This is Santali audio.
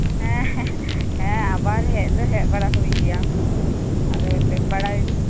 ᱦᱮᱸ ᱦᱮᱸ ᱟᱵᱟᱨ ᱦᱮᱡ ᱫᱚ ᱦᱮᱡᱵᱟᱲᱟ ᱦᱩᱭᱩᱜ ᱜᱮᱭᱟ ᱵᱟᱲᱟᱭ